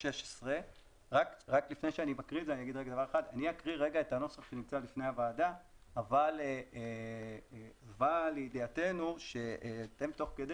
אני אקריא את הנוסח שנמצא בפני הוועדה אבל הובא לידיעתנו שאתם תוך כדי